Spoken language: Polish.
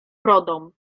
brodą